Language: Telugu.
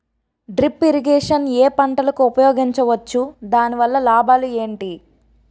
డ్రిప్ ఇరిగేషన్ ఏ పంటలకు ఉపయోగించవచ్చు? దాని వల్ల లాభాలు ఏంటి?